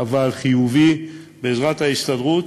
אבל חיובי, בעזרת ההסתדרות,